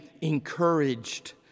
encouraged